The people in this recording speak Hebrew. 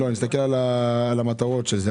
לא, אני מסתכל על המטרות של זה.